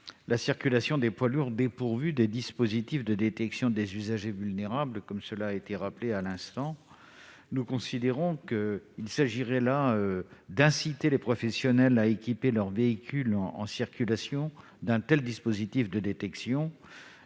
la circulation des poids lourds dépourvus d'un dispositif de détection des usagers vulnérables, comme cela a été rappelé à l'instant. Une telle mesure permettrait d'inciter les professionnels à équiper leurs véhicules en circulation d'un dispositif de détection.